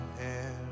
air